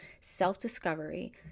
self-discovery